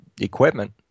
equipment